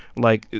like,